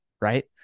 Right